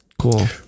Cool